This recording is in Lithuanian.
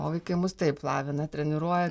o vaikai mus taip lavina treniruoja